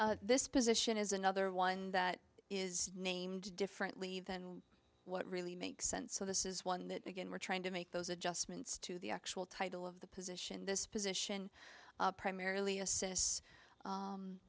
this position is another one that is named differently than what really makes sense so this is one that again we're trying to make those adjustments to the actual title of the position this position primarily assists